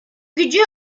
gücü